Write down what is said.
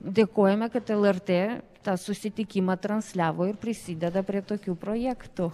dėkojame kad lrt tą susitikimą transliavo ir prisideda prie tokių projektų